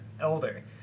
elder